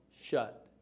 shut